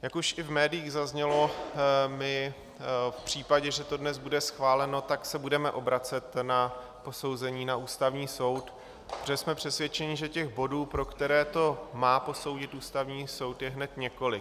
Jak už i v médiích zaznělo, my se v případě, že to dnes bude schváleno, budeme obracet na posouzení na Ústavní soud, protože jsme přesvědčeni, že těch bodů, pro které to má posoudit Ústavní soud, je hned několik.